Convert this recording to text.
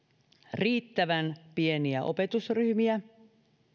riittävän pieniä opetusryhmiä